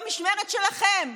במשמרת שלכם.